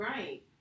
Right